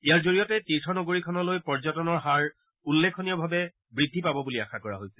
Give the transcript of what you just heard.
ইয়াৰ জৰিয়তে তীৰ্থ নগৰীখনলৈ পৰ্যটনৰ হাৰ উল্লেখনীয়ভাৱে বৃদ্ধি পাব বুলি আশা কৰা হৈছে